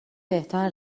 بهتر